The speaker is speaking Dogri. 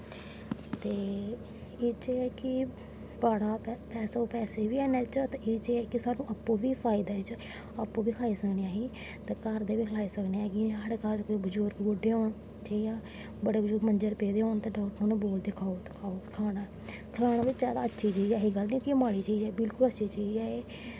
एह् एह्दे च कि तोआढ़े पैहे बी हैन एह्दे च ते एह्दे च आपै बी फैदा ऐ एह्दे च आपूं बी खाही सकने आं अस ते घर दे बी खलाई सकने आं साढ़े घर च कोई बजुर्ग बड्डे होन ठीक ऐ बड्डे बजुर्ग मंजे पर पेदे होन ते उ'नें गी बोलदे खाहो खलाना बी चाहिदा अच्छी चीज ऐ ऐसी गल्ल निं ऐ कि माड़ी चीज ऐ अच्छी चीज ऐ